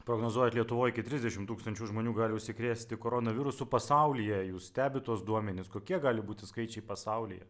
prognozuojat lietuvoj iki trisdešimt tūkstančių žmonių gali užsikrėsti koronavirusu pasaulyje jūs stebit tuos duomenis kokie gali būti skaičiai pasaulyje